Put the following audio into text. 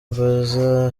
mbaza